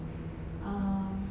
um